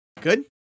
Good